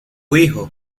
hijo